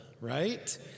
right